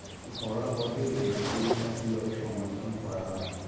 ঘরোয়া পদ্ধতিতে পুই শাক কিভাবে সংরক্ষণ করা হয়?